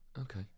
Okay